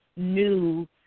new